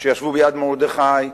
כשישבו ביד-מרדכי,